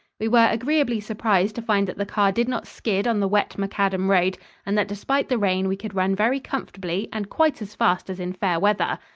we were agreeably surprised to find that the car did not skid on the wet macadam road and that despite the rain we could run very comfortably and quite as fast as in fair weather.